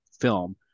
film